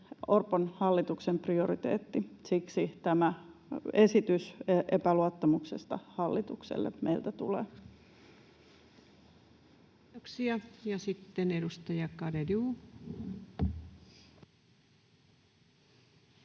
Orpon hallituksen prioriteetti. Siksi tämä esitys epäluottamuksesta hallitukselle meiltä tulee. [Speech 322] Speaker: